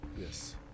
yes